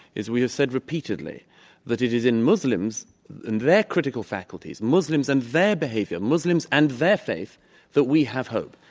is we have said repeatedly that it is in muslims and their critical faculties, muslims and their behavior, muslims and their faith that we have hope.